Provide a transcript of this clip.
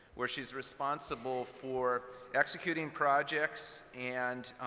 where she's responsible for executing projects and